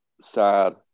sad